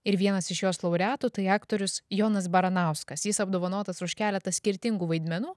ir vienas iš jos laureatų tai aktorius jonas baranauskas jis apdovanotas už keletą skirtingų vaidmenų